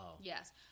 Yes